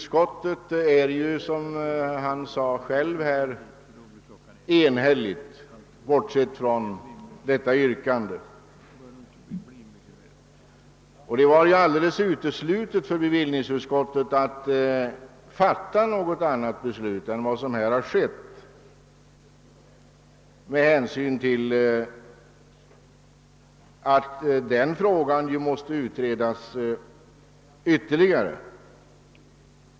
Som herr Sundkvist själv sade är utskottet enhälligt, bortsett från den punkt som reservationen avser. För bevillningsutskottet har det ju varit uteslutet att inta någon annan ståndpunkt än vad som här har skett. Den fråga som upptas i reservationen måste nämligen utredas ytterligare.